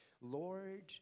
Lord